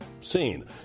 seen